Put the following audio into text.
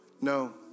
No